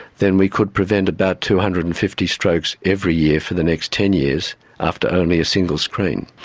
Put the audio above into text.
then we could prevent about two hundred and fifty strokes every year for the next ten years after only a single screen.